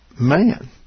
man